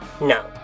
No